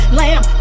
lamb